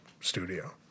studio